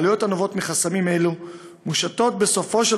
העלויות הנובעות מחסמים אלו מושתות בסופו של